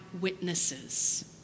witnesses